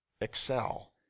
excel